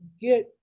get